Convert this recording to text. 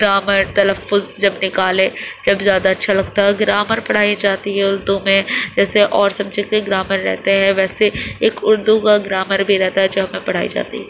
grammar تلفظ جب نکالے جب زیادہ اچھا لگتا ہے اور گرامر پڑھائی جاتی ہے اردو میں جیسے اور سبجیکٹ کے گرامر رہتے ہیں ویسے ایک اردو کا گرامر بھی رہتا ہے جو ہمیں پڑھائی جاتی ہے